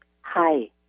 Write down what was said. Hi